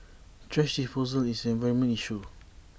thrash disposal is an environmental issue